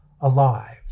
alive